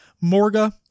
Morga